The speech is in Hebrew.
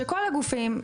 שכל הגופים,